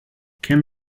can